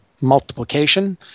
multiplication